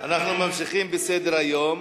אנחנו ממשיכים בסדר-היום,